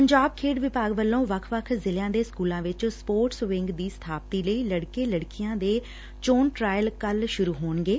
ਪੰਜਾਬ ਖੇਡ ਵਿਭਾਗ ਵੱਲੋਂ ਵੱਖ ਜ਼ਿਲ਼ਿਆਂ ਦੇ ਸਕੁਲਾਂ ਵਿਚ ਸਪੋਰਟਸ ਵਿੰਗ ਦੀ ਸਬਾਪਤੀ ਲਈ ਲੜਕੇ ਲੜਕੀਆਂ ਦੇ ਚੋਣ ਟਰਾਇਲ ਕੱਲ ਸੁਰੂ ਹੋਣਗੇ